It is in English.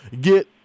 get